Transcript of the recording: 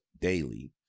daily